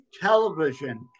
television